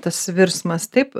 tas virsmas taip